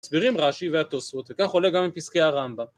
מ‫סבירים רש"י והתוספות, ‫וכך עולה גם עם פסקי הרמב"ם.